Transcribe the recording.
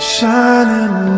Shining